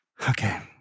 Okay